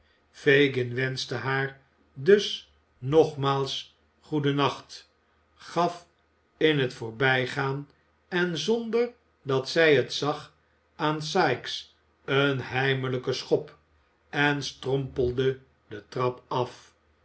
fagin wenschte haar dus nogmaals goedennacht gaf in het voorbijgaan en zonder dat zij het zag aan sikes een heimelijken schop en strompelde de trap af